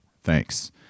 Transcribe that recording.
Thanks